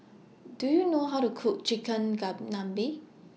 Do YOU know How to Cook Chicken